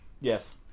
Yes